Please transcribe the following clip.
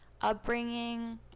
upbringing